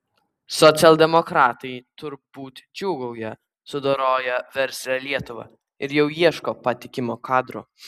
socialdemokratai turbūt džiūgauja sudoroję verslią lietuvą ir jau ieško patikimo kadro